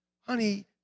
Honey